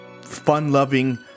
fun-loving